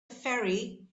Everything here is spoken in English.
ferry